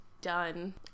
done